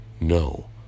no